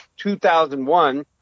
2001